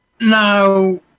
Now